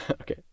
Okay